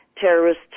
terrorist